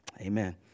Amen